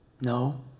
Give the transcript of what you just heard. No